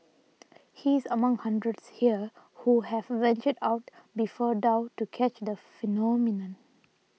he is among hundreds here who have ventured out before dawn to catch the phenomenon